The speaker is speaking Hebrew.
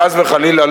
חס וחלילה,